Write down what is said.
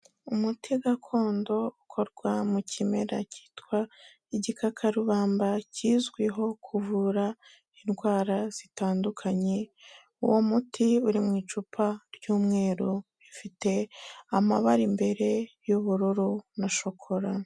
Umuti gakondo ukorwa mu kimera cyitwa igikakarubamba kizwiho kuvura indwara zitandukanye, uwo muti uri mu icupa ry'umweru, rifite amabara imbere y'ubururu na shokora.